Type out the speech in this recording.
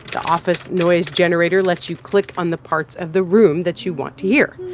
the office noise generator lets you click on the parts of the room that you want to hear.